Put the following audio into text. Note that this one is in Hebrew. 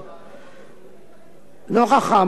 נוכח האמור לעיל, מתנגדת